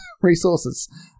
resources